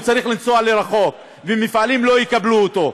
הוא צריך לנסוע רחוק, ומפעלים לא יקבלו אותו.